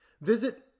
Visit